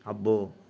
అబ్బో